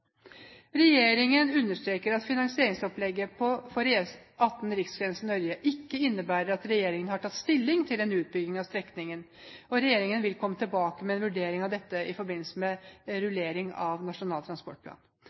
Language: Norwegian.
Regjeringen understreker at finansieringsopplegget for E18 Riksgrensen–Ørje ikke innbærer at regjeringen har tatt stilling til en utbygging av strekningen. Regjeringen vil komme tilbake med en vurdering av dette i forbindelse med rulleringen av Nasjonal transportplan.